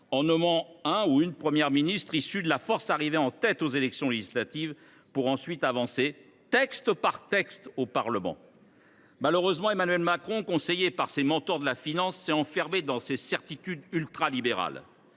en nommant une ou un Premier ministre issu de la force arrivée en tête aux élections législatives, pour ensuite, au Parlement, avancer texte par texte. Malheureusement, Emmanuel Macron, conseillé par ses mentors de la finance, s’est enfermé dans ses certitudes ultralibérales.